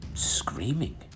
screaming